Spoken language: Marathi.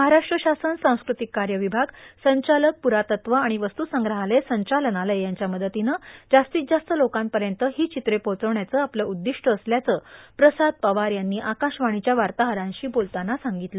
महाराष्ट्र शासन सांस्कृतिक कार्य विभाग संचालक प्ररातत्व आणि वस्तूसंग्रहालय संचालनालय यांच्या मदतीनं जास्तीत जास्त लोकांपर्यंत ही चित्रे पोहचवण्याचं आपलं उद्दिष्ट असल्याचं प्रसार पवार यांनी आकाशवाणीच्या वार्ताहरांशी बोलताना सांगितलं